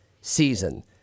season